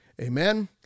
amen